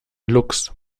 luchs